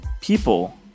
people